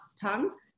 tongue